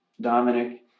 Dominic